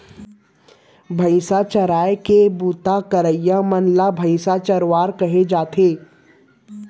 भईंसा चराए के बूता करइया मन ल भईंसा चरवार कहे जाथे